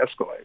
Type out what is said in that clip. escalate